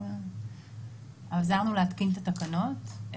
עזרנו להתקין את התקנות.